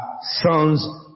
sons